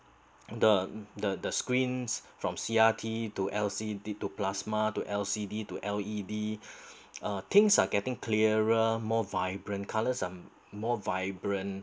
the the the screens from C_R_T to L_C_D to plasma to L_C_D to L_E_D uh things are getting clearer more vibrant colours are more vibrant